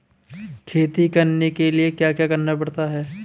खेती करने के लिए क्या क्या करना पड़ता है?